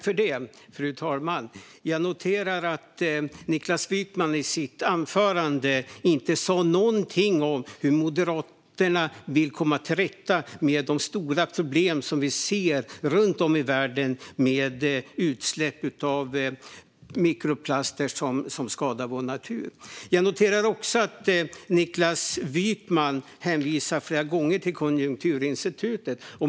Fru talman! Jag noterar att Niklas Wykman i sitt anförande inte sa någonting om hur Moderaterna vill komma till rätta med de stora problem vi ser runt om i världen med utsläpp av mikroplaster som skadar vår natur. Jag noterar också att Niklas Wykman flera gånger hänvisar till Konjunkturinstitutet.